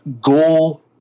goal